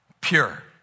pure